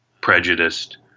prejudiced